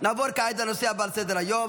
נעבור כעת לנושא הבא על סדר-היום,